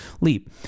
leap